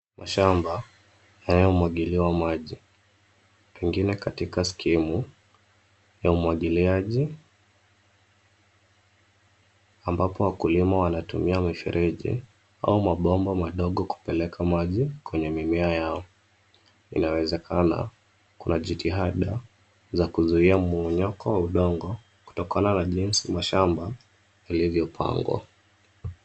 Mashamba yanayomwagiliwa maji, pengine katika skimu, na umwagiliwaji ambapo wakulima wanatumia mifereji au mabomba madogo kupeleka maji kwenye mimea yao. Inawezekana kuna jitihada za kuzuia mumonyoko wa udongo kutokana na jinsi mashamba yalivyopangwa.